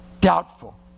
doubtful